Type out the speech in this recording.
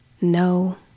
No